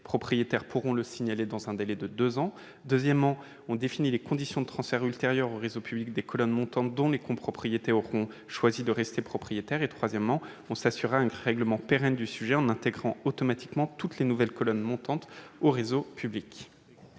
le rester pourront le signaler dans un délai de deux ans. Le présent amendement a ensuite pour objet de définir les conditions de transfert ultérieur au réseau public des colonnes montantes dont les copropriétés auront choisi de demeurer propriétaires. Il vise enfin à assurer un règlement pérenne du sujet en intégrant automatiquement toutes les nouvelles colonnes montantes au réseau public.